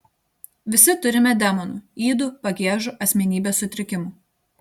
visi turime demonų ydų pagiežų asmenybės sutrikimų